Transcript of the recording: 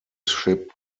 ship